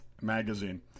magazine